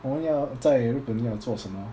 我们要在日本要做什么